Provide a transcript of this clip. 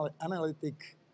analytic